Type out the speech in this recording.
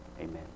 Amen